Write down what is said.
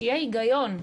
שיהיה היגיון.